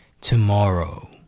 Tomorrow